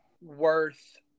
worth